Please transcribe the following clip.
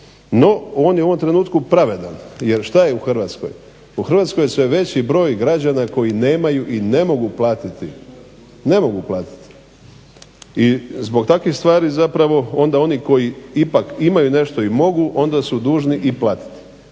No, on je u ovom trenutku pravedan jer što je u Hrvatskoj? U Hrvatskoj je sve veći broj građana koji nemaju i ne mogu platiti. I zbog takvih stvari zapravo onda oni koji ipak imaju nešto i mogu onda su dužni i platiti.